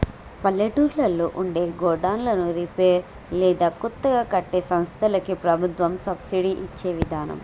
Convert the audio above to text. పల్లెటూళ్లలో ఉండే గోడన్లను రిపేర్ లేదా కొత్తగా కట్టే సంస్థలకి ప్రభుత్వం సబ్సిడి ఇచ్చే విదానం